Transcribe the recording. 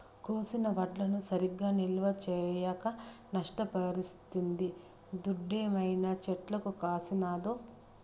కోసిన వడ్లను సరిగా నిల్వ చేయక నష్టపరిస్తిది దుడ్డేమైనా చెట్లకు కాసినాదో